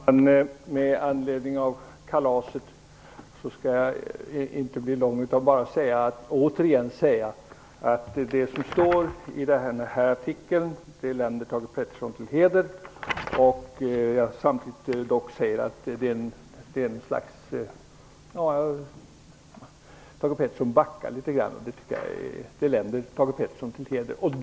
Herr talman! Med anledning av kalaset skall jag inte bli långrandig. Jag vill återigen säga att det som står i artikeln länder Thage G Peterson till heder. Thage Peterson backar litet grand och det länder honom till heder.